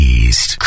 East